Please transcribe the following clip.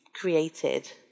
created